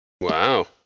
Wow